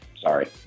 Sorry